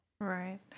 Right